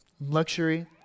luxury